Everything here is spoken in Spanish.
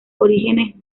orígenes